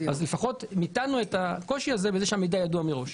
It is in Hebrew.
לפחות מיתנו את הקושי הזה בכך שהמידע ידוע מראש.